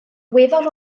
weddol